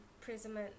prison